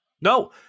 No